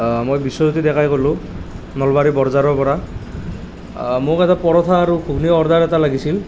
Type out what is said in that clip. মই বিশ্বজ্যোতি ডেকাই ক'লোঁ নলবাৰী বৰঝাৰৰ পৰা মোক এটা পৰঠা আৰু ঘূগুনীৰ অৰ্ডাৰ এটা লাগিছিল